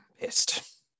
pissed